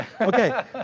Okay